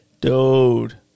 Dude